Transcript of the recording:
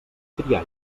triar